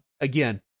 again